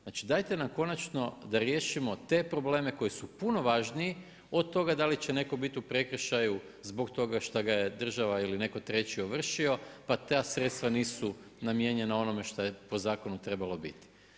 Znači, dajte nam konačno da riješimo te probleme koji su puno važniji od toga da li će netko biti u prekršaju zbog toga šta ga je država ili neko treći ovršio, pa ta sredstva nisu namijenjena onome što je po zakonu trebalo biti.